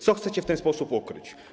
Co chcecie w ten sposób ukryć?